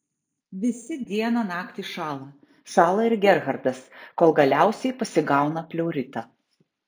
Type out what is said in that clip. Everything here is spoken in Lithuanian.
visi dieną naktį šąla šąla ir gerhardas kol galiausiai pasigauna pleuritą